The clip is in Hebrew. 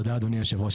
תודה אדוני היושב ראש,